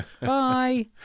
bye